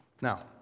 Now